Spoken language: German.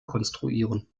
konstruieren